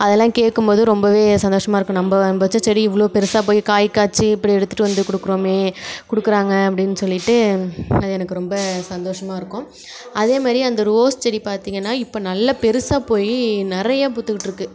அதெல்லாம் கேட்கும் போது ரொம்ப சந்தோஷமா இருக்கும் நம்ம நம்ம வைச்ச செடி இவ்வளோ பெருசாக போய் காய் காய்ச்சி இப்படி எடுத்துகிட்டு வந்து கொடுக்குறோமே கொடுக்குறாங்க அப்படின்னு சொல்லிவிட்டு அது எனக்கு ரொம்ப சந்தோஷமா இருக்கும் அதே மாதிரி அந்த ரோஸ் செடி பார்த்திங்கன்னா இப்போ நல்ல பெருசாக போய் நிறையா பூத்துக்கிட்டு இருக்கு